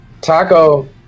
Taco